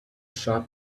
shop